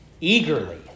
eagerly